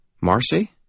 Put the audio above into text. Marcy